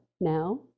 now